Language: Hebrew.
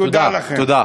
תודה לכם.